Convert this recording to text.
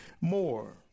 more